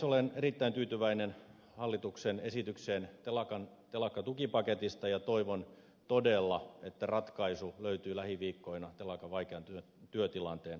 olen erittäin tyytyväinen hallituksen esitykseen telakkatukipaketista ja toivon todella että ratkaisu löytyy lähiviikkoina telakan vaikean työtilanteen ratkaisemiseksi